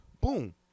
Boom